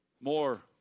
more